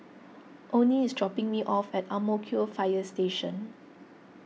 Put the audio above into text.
Onie is dropping me off at Ang Mo Kio Fire Station